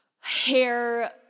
hair